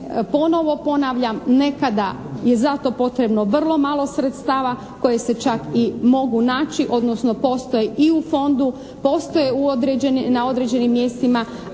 ponovo ponavljam nekada je za to potrebno vrlo malo sredstava koje se čak i mogu naći odnosno postoji i u fondu, postoje na određenim mjestima,